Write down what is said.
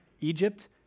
Egypt